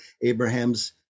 Abraham's